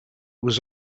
was